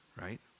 right